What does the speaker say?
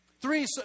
three